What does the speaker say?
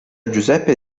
giuseppe